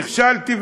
נכשלתי,